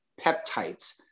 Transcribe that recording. peptides